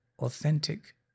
authentic